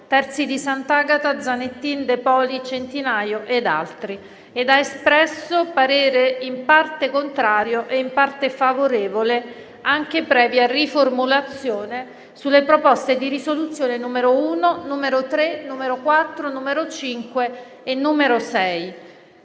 Terzi di Sant'Agata, Zanettin, De Poli, Centinaio e da altri senatori, ed ha espresso parere in parte contrario e in parte favorevole, anche previa riformulazione, sulle proposte di risoluzione nn. 1, 3, 4, 5 e 6.